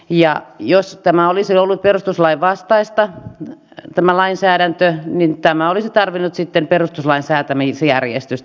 ja jos tämä lainsäädäntö olisi ollut perustuslain vastaista niin tämä olisi tarvinnut sitten perustuslain säätämisjärjestystä